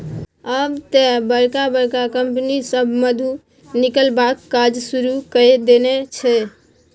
आब तए बड़का बड़का कंपनी सभ मधु निकलबाक काज शुरू कए देने छै